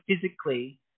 physically